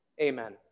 Amen